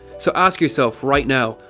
so ask yourself right now.